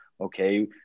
okay